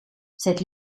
cette